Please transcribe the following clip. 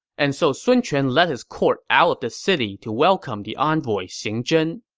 and so sun quan led his court out of the city to welcome the envoy xing zhen.